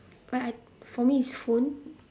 but I for me it's phone